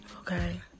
okay